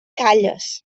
calles